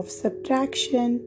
subtraction